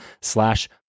slash